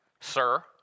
sir